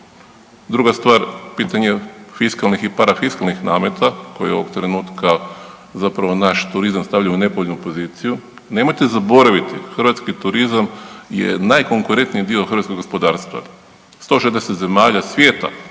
Druga stvar, pitanje fiskalnih i parafiskalnih namete koje ovog trenutka zapravo naš turizam stavlja u nepovoljnu poziciju. Nemojte zaboraviti hrvatski turizam je najkonkurentniji dio hrvatskog gospodarstva. 160 zemalja svijeta